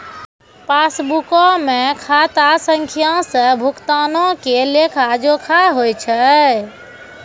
पासबुको मे खाता संख्या से भुगतानो के लेखा जोखा होय छै